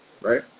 right